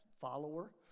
follower